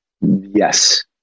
Yes